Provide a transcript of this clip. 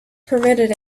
permitted